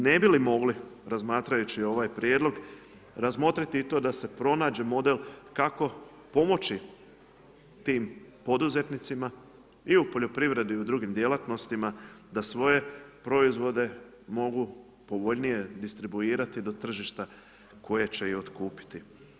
Ne bi li mogli razmatrajući ovaj prijedlog razmotriti i to da se pronađe model kako pomoći tim poduzetnicima i u poljoprivredi i drugim djelatnostima da svoje proizvode mogu povoljnije distribuirati do tržišta koje će i otkupiti.